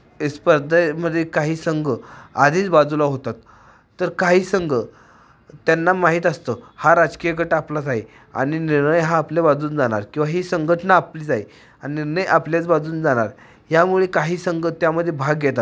इ स्पर्धेमध्ये काही संघ आधीच बाजूला होतात तर काही संघ त्यांना माहीत असतं हा राजकीय गट आपलाच आहे आणि निर्णय हा आपल्या बाजूने जाणार किंवा ही संघटना आपलीच आहे आणि निर्णय आपल्याच बाजूने जाणार ह्यामुळे काही संघ त्यामध्ये भाग घेतात